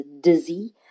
dizzy